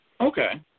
Okay